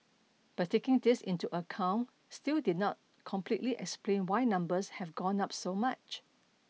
but taking this into account still did not completely explain why numbers have gone up so much